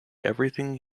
everything